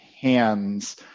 hands